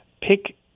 pick